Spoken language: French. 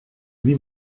lui